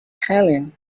helene